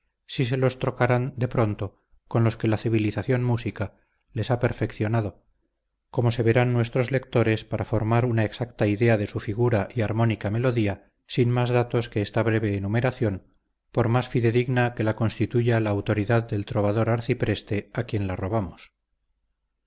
si se los trocaran de pronto con los que la civilización música les ha perfeccionado como se verán nuestros lectores para formar una exacta idea de su figura y armónica melodía sin más datos que esta breve enumeración por más fidedigna que la constituya la autoridad del trovador arcipreste a quien la robamos